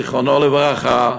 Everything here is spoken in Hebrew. זיכרונו לברכה,